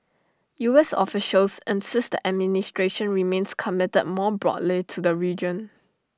U S officials insist the administration remains committed more broadly to the region